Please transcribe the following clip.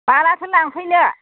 मालाथो लांफैनो